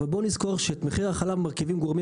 אבל בואו נזכור שאת מחיר החלב מרכיבים גורמים